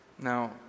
Now